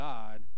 God